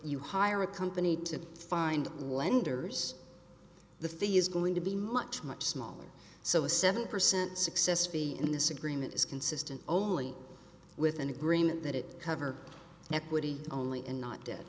you hire a company to find lenders the fee is going to be much much smaller so a seven percent success be in this agreement is consistent only with an agreement that it covers equity only and not d